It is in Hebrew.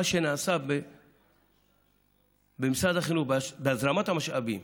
מה שנעשה במשרד החינוך בהזרמת המשאבים